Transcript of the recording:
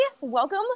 Welcome